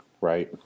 right